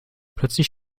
plötzlich